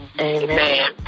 Amen